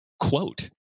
quote